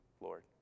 Lord